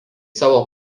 savo